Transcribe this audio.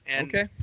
Okay